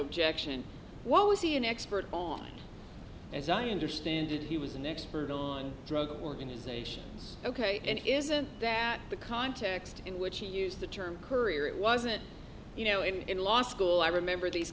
objection what was he an expert on as i understand it he was an expert on drug organizations ok and isn't that the context in which he used the term courier it wasn't you know in law school i remember these